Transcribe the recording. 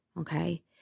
okay